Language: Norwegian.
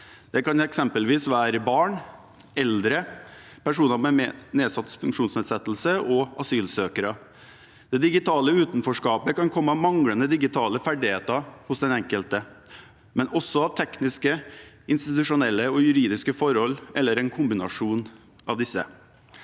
Det kan eksempelvis være barn, eldre, personer med funksjonsnedsettelser og asylsøkere. Det digitale utenforskapet kan komme av manglende digitale ferdigheter hos den enkelte, men også av tekniske, institusjonelle og juridiske forhold, eller en kombinasjon av disse.